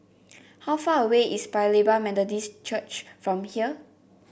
how far away is Paya Lebar Methodist Church from here